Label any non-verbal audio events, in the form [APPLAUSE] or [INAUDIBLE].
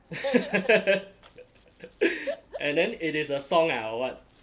[LAUGHS] and then it is a song ah or what